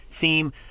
theme